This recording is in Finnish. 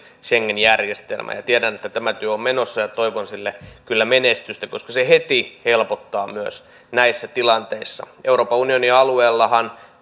schengen järjestelmään tiedän että tämä työ on menossa ja toivon sille kyllä menestystä koska se heti helpottaa myös näissä tilanteissa euroopan unionin alueellahan